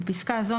בפסקה זו,